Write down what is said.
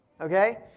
okay